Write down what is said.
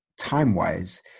time-wise